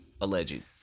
Alleged